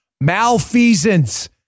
malfeasance